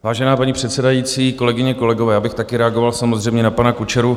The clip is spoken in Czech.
Vážená paní předsedající, kolegyně, kolegové, já bych taky reagoval samozřejmě na pana Kučeru.